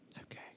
Okay